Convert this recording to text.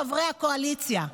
חברי הקואליציה,